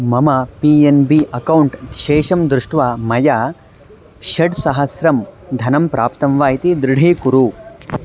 मम P N B account शेषं दृष्ट्वा मया षड्सहस्रं धनं प्राप्तं वा इति दृढीकुरु